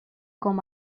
com